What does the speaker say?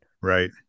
Right